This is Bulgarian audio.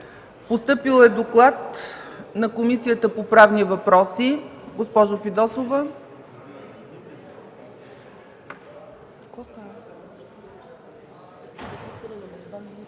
Постъпил е доклад на Комисията по правни въпроси. Госпожо Фидосова,